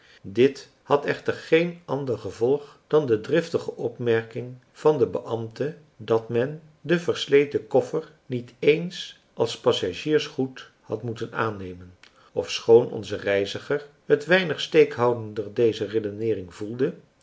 dit had echter geen ander gevolg dan de driftige opmerking van den beambte dat men den versleten koffer niet eens als passagiersgoed had moeten aannemen ofschoon onze reiziger het weinig steekhoudende dezer redeneering voelde